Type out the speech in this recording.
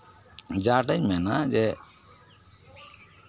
ᱡᱟᱦᱟᱸᱴᱟᱜ ᱤᱧ ᱢᱮᱱᱟ ᱡᱮ